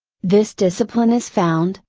this discipline is found,